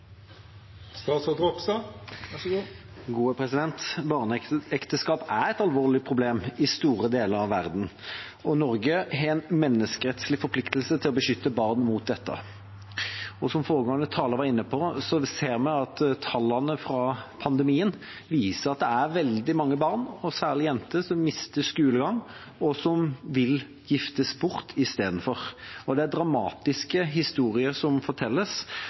et alvorlig problem i store deler av verden, og Norge har en menneskerettslig forpliktelse til å beskytte barn mot dette. Som foregående taler var inne på, ser vi at tallene fra pandemien viser at det er veldig mange barn – og særlig jenter – som mister skolegang, og som giftes bort i stedet. Det er dramatiske historier som fortelles,